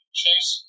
Chase